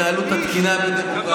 ההתנהלות התקינה בדמוקרטיה.